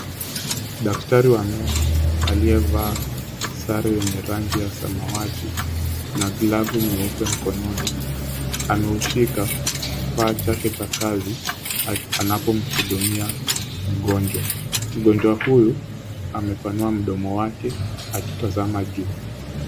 Daktari wa meno aliyevaa sare yenye rangi ya samawati na glavu nyeupe mkononi ameushika kifaa chake cha kazi anapo mhudumia mgonjwa. Mgonjwa huyu amepanua mdomo wake akitazama juu.